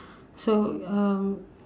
so um